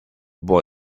boy